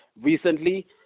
recently